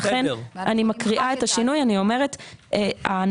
לכן הקראתי את השינוי,